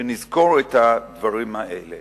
שנזכור את הדברים האלה.